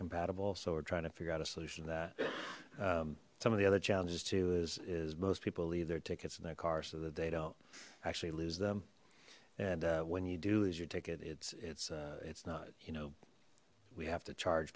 compatible so we're trying to figure out a solution that some of the other challenges to is is most people leave their tickets in their car so that they don't actually lose them and when you do is your ticket it's it's it's not you know we have to charge